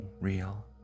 real